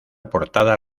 portada